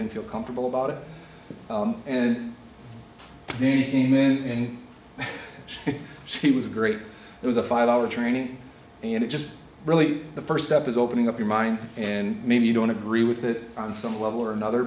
don't feel comfortable about it and then he came in and she was great it was a five hour training and it just really the first step is opening up your mind and maybe you don't agree with it on some level or another